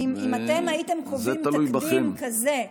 זה תלוי בכם.